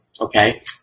Okay